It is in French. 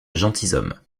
gentilshommes